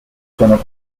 sono